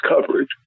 coverage